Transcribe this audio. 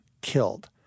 killed